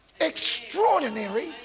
Extraordinary